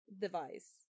device